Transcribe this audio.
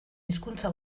hizkuntza